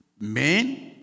men